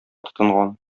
тотынган